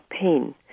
pain